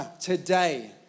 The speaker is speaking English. today